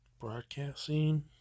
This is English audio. Broadcasting